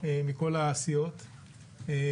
מכל הסיעות ב-14:00.